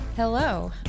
Hello